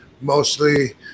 mostly